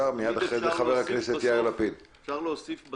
מבקש להדגיש, גם